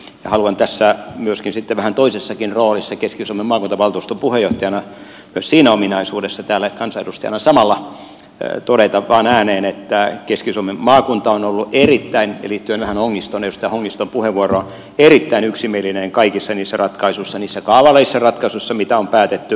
haluan tässä sitten vähän toisessakin roolissa keski suomen maakuntavaltuuston puheenjohtajana myös siinä ominaisuudessa täällä kansanedustajana samalla todeta vain ääneen että keski suomen maakunta on ollut erittäin liittyen tähän edustaja hongiston puheenvuoroon erittäin yksimielinen kaikissa niissä ratkaisuissa niissä kaavallisissa ratkaisuissa mitä on päätetty